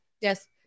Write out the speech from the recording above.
Yes